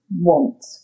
want